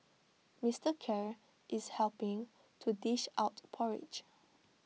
Mister Khair is helping to dish out porridge